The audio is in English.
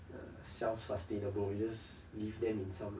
err self sustainable you just leave them in some